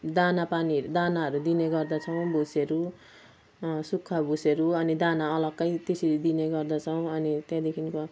दानापानीहरू दानाहरू दिने गर्दछौँ भुसहरू सुख्खा भुसहरू अनि दाना अलग्गै त्यसरी दिने गर्दछौँ अनि त्यहाँदेखिनको